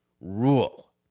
rule